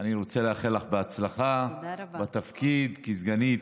אני רוצה לאחל לך הצלחה בתפקיד כסגנית.